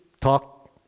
talk